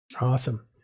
Awesome